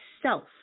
Self